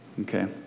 okay